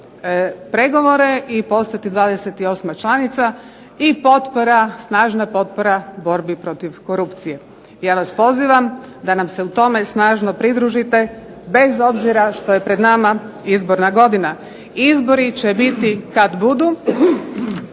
pregovore i postati 28 članica i potpora, snažna potpora borbi protiv korupcije. I ja vas pozivam da nam se u tome snažno pridružite bez obzira što je pred nama izborna godina. Izbori će biti kad budu,